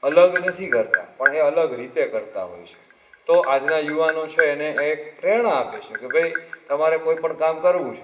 અલગ નથી કરતા પણ એ અલગ રીતે કરતા હોય છે તો આજના યુવાનો છે એને એક પ્રેરણા આપે છે કે ભાઈ તમારે કોઈ પણ કામ કરવું છે